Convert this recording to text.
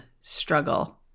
struggle